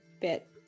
bit